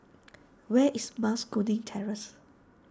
where is Mas Kuning Terrace